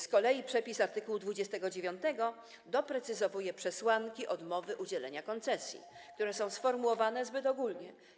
Z kolei przepis art. 29 doprecyzowuje przesłanki odmowy udzielenia koncesji, które są sformułowane zbyt ogólnie.